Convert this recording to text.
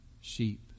sheep